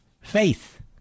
Faith